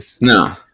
no